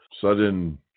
sudden